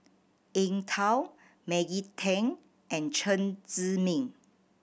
Eng Tow Maggie Teng and Chen Zhiming